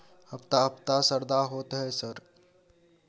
हफ्ता हफ्ता शरदा होतय है सर?